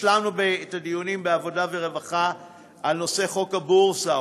השלמנו את הדיונים בוועדת העבודה והרווחה בנושא חוק הבורסה,